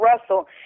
Russell